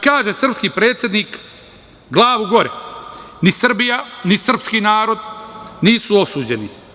Kaže srpski predsednik: „Glavu gore, ni Srbija, ni srpski narod nisu osuđeni.